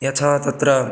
यथा तत्र